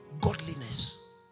Godliness